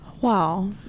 Wow